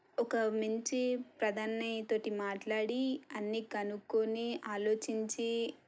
ఒక మంచి ప్రధానితోటి మాట్లాడి అన్ని కనుక్కొనే ఆలోచించి